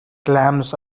clams